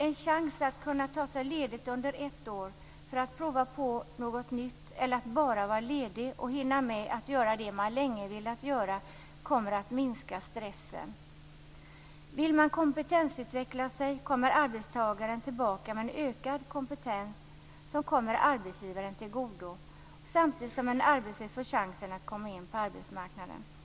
En chans att kunna ta sig ledigt under ett år för att prova på något nytt eller bara vara ledig och hinna med att göra det man länge velat göra kommer att minska stressen. Vill man kompetensutveckla sig kommer arbetstagaren tillbaka med en ökad kompetens som kommer arbetsgivaren till godo, samtidigt som en arbetslös får chansen att komma in på arbetsmarknaden. Fru talman!